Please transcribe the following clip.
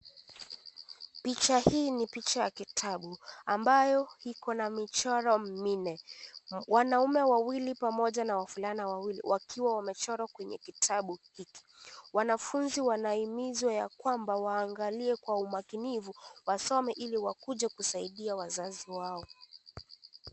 Picha hii ni picha ya kitabu ambayo iko na michoro minne. Wanaume wawili pamoja na wavulana wawili wakiwa wamechorwa kwenye kitabu hiki. Wanafunzi wanahimizwa ya kwamba waangalie kwa umakinifu, wasome ili wakuje kusaidia wazazi wao.